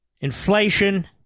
Inflation